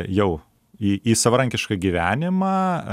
jau į į savarankišką gyvenimą